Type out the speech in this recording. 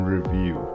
Review